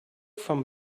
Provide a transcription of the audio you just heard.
from